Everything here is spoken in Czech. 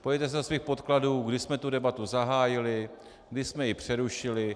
Podívejte se do svých podkladů, kdy jsme tu debatu zahájili, kdy jsme ji přerušili.